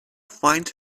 finds